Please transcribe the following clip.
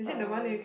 um